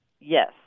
Yes